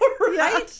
right